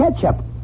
Ketchup